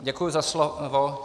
Děkuji za slovo.